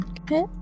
Okay